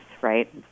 right